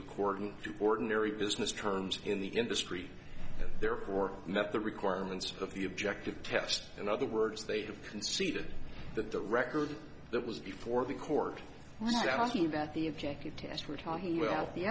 according to ordinary business terms in the industry and therefore met the requirements of the objective test in other words they have conceded that the record that was before the court was asking about the